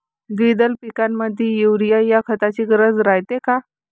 द्विदल पिकामंदी युरीया या खताची गरज रायते का?